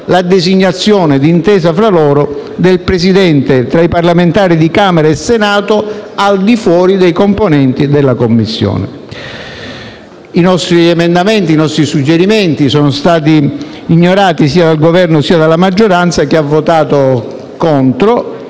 la designazione, d'intesa fra loro, del Presidente tra i parlamentari di Camera e Senato, al di fuori dei componenti la Commissione». I nostri emendamenti e i nostri suggerimenti sono stati ignorati sia dal Governo sia dalla maggioranza, che ha votato contro